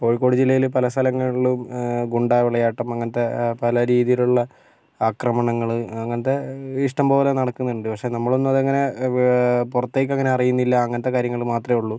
കോഴിക്കോട് ജില്ലയിൽ പല സ്ഥലങ്ങളിലും ഗുണ്ടാവിളയാട്ടം അങ്ങനത്തെ പല രീതിയിലുള്ള ആക്രമണങ്ങൾ അങ്ങനത്തെ ഇഷ്ടംപോലെ നടക്കുന്നുണ്ട് പക്ഷെ നമ്മളൊന്നും അതങ്ങനെ പുറത്തേക്കങ്ങനെ അറിയുന്നില്ല അങ്ങനത്തെ കാര്യങ്ങൾ മാത്രമേയുള്ളൂ